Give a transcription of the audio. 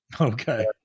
Okay